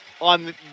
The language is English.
on